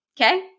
okay